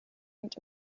und